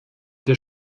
der